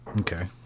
Okay